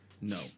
No